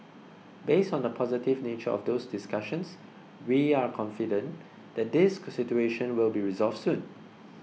based on the positive nature of those discussions we are confident that this situation will be resolved soon